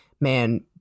man